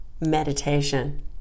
meditation